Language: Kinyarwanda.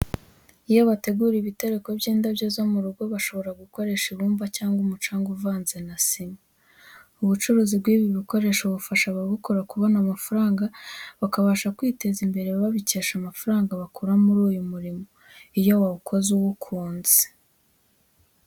Iyo bategura ibitereko by'indabyo zo mu ngo bashobora gukoresha ibumva cyangwa umucanga uvanze na sima. Ubucuruzi bw'ibi bikoresho bufasha ababukora kubona amafaranga bakabasha bakabasha kwiteza imbere babikesha amafaranga bakura muri uyu murimo iyo wawukoze uwukunze.